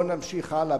בוא ונמשיך הלאה.